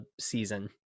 season